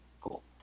cool